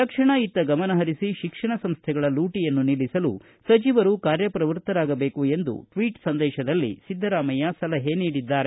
ತಕ್ಷಣ ಇತ್ತ ಗಮನಪರಿಸಿ ಶಿಕ್ಷಣ ಸಂಸ್ಥೆಗಳ ಲೂಟಿಯನ್ನು ನಿಲ್ಲಿಸಲು ಸಚಿವರು ಕಾರ್ಯಪ್ರವ್ಯಕ್ತರಾಗಬೇಕು ಎಂದು ಟ್ವೀಟ್ ಸಂದೇತದಲ್ಲಿ ಸಿದ್ದರಾಮಯ್ಕ ಸಲಹೆ ನೀಡಿದ್ದಾರೆ